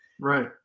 Right